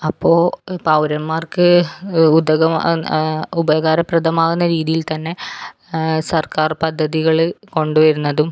അപ്പോൾ ഈ പൗരന്മാർക്ക് ഉതകമാക്കുന്ന ഉപകാരപ്രദമാകുന്ന രീതിയിൽ തന്നെ സർക്കാർ പദ്ധതികൾ കൊണ്ടു വരുന്നതും